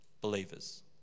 believers